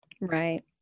Right